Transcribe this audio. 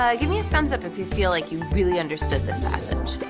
ah give me a thumbs up if you feel like you really understood this passage.